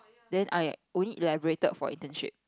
then I only elaborated for internship